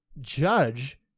judge